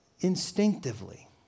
instinctively